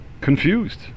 confused